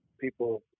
people